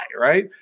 right